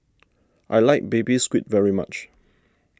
I like Baby Squid very much